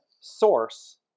source